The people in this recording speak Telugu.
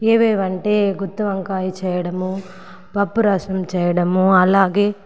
ఏవేవి అంటే గుత్తి వంకాయ చేయడము పప్పు రసం చేయడం అలాగే